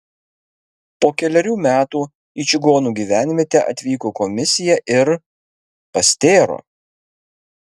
po kelerių metų į čigonų gyvenvietę atvyko komisija ir pastėro